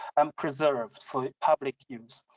and preserved for public use.